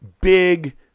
big